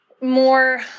more